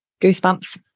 goosebumps